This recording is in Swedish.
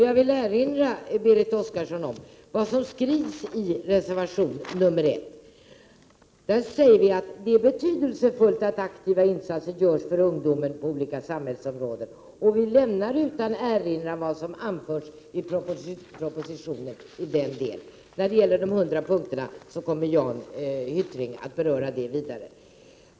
Jag vill erinra Berit Oscarsson om vad som skrivs i reservation 1: ”Det är betydelsefullt att aktiva insatser görs för ungdomen på olika samhällsområden. Utskottet lämnar utan erinran vad som anförts i propositionen i denna del.” De hundra punkterna kommer Jan Hyttring att beröra ytterligare.